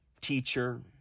teacher